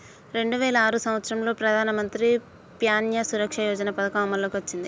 రెండు వేల ఆరు సంవత్సరంలో ప్రధానమంత్రి ప్యాన్య సురక్ష యోజన పథకం అమల్లోకి వచ్చింది